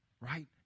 right